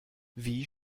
wie